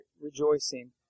rejoicing